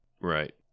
Right